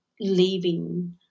leaving